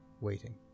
Waiting